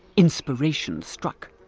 inspiration struck.